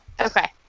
Okay